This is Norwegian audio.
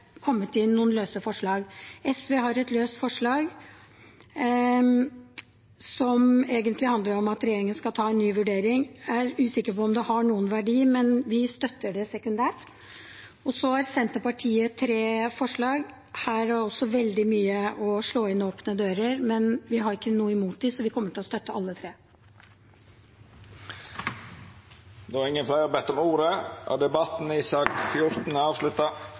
har noen verdi, men vi støtter det sekundært. Så har Senterpartiet tre forslag. Her er det også veldig mye å slå inn åpne dører, men vi har ikke noe imot dem, så vi kommer til å støtte alle tre. Fleire har ikkje bedt om ordet til sak nr. 14. Etter ynske frå helse- og omsorgskomiteen vil presidenten ordna debatten